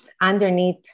underneath